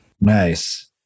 Nice